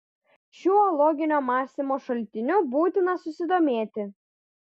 šiuo loginio mąstymo šaltiniu būtina susidomėti